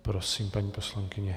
Prosím, paní poslankyně.